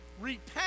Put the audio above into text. Repent